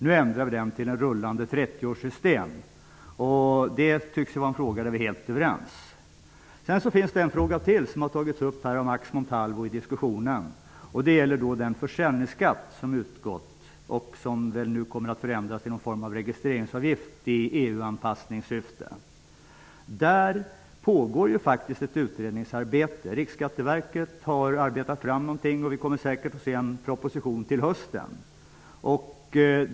Nu införs i stället ett rullande trettioårssystem. I denna fråga tycks vi vara helt överens. Det finns en fråga till, som har tagits upp av Max Montalvo. Den gäller den försäljningsskatt som har utgått och som i EU-anpassningssyfte nu kommer att göras om till någon form att registreringsavgift. Det pågår ett utredningsarbete. Riksskatteverket har arbetat fram någonting, och vi kommer säkert att få se en proposition till hösten.